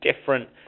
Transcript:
different